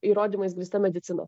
įrodymais grįsta medicina